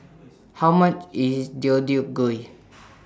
How much IS Deodeok Gui